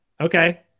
Okay